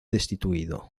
destituido